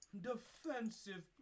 defensive